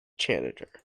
janitor